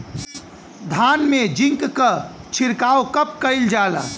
धान में जिंक क छिड़काव कब कइल जाला?